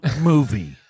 movie